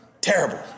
Terrible